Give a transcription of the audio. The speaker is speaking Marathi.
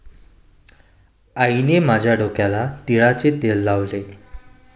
आईने माझ्या डोक्याला तिळाचे तेल लावले